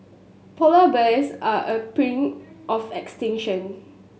polar bears are on the brink of extinction